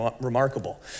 remarkable